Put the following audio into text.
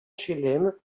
chelem